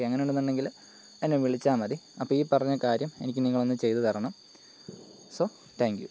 okay അങ്ങനെയാണെന്നുണ്ടെങ്കിൽ എന്നെ വിളിച്ചാൽ മതി അപ്പം ഈ പറഞ്ഞ കാര്യം എനിക്ക് നിങ്ങളൊന്നു ചെയ്ത് തരണം സോ താങ്ക്യു